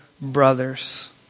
brothers